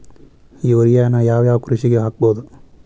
ಯೂರಿಯಾನ ಯಾವ್ ಯಾವ್ ಕೃಷಿಗ ಹಾಕ್ಬೋದ?